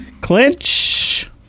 Clinch